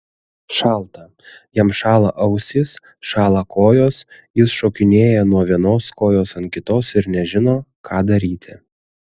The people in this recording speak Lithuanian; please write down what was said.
šalta jam šąla ausys šąla kojos jis šokinėja nuo vienos kojos ant kitos ir nežino ką daryti